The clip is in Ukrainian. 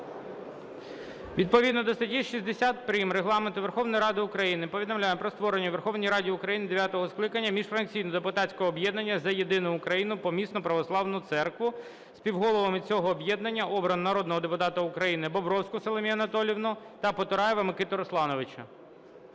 Відповідно до статті 60 прим. Регламенту Верховної Ради України повідомляємо про створення у Верховній Раді України дев'ятого скликання міжфракційного депутатського об'єднання "За єдину Українську Помісну Православну Церкву". Співголовами цього об'єднання обрано народного депутата України Бобровську Соломію Анатоліївну та Потураєва Микиту Руслановича.